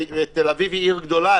תל אביב היא עיר גדולה,